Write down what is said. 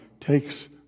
takes